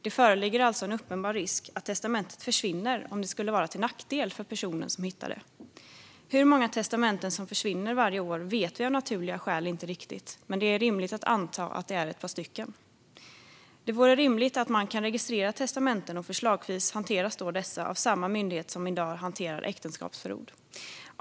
Det föreligger alltså en uppenbar risk att testamentet försvinner om det skulle vara till nackdel för personen som hittar det. Hur många testamenten som försvinner varje år vet vi av naturliga skäl inte riktigt, men det är rimligt att anta att det är ett par stycken. Det vore rimligt att kunna registrera testamenten. Förslagsvis bör detta hanteras av samma myndigheter som i dag hanterar äktenskapsförord.